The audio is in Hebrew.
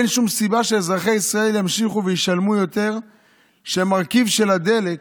ולכן אין שום סיבה שאזרחי ישראל ימשיכו לשלם יותר כשהמרכיב של הדלק